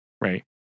right